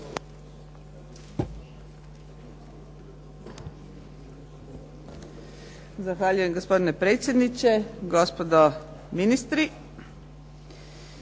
Hvala vam